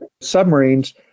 submarines